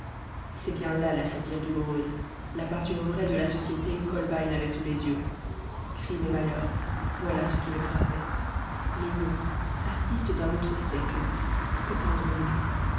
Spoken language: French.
c'est bien là la satire douloureuse la peinture vraie de la société qu'holbein avait sous les yeux crime et malheur voilà ce qui le frappait mais nous artistes d'un autre siècle que peindrons nous